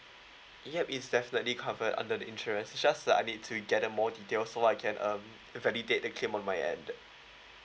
yup is definitely covered under the insurance just I need to get more details so I can um validate the came on my end